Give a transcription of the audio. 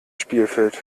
spielfeld